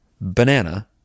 banana